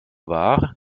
war